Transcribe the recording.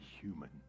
human